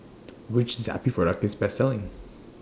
Which Zappy Product IS The Best Selling